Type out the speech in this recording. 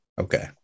Okay